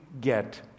get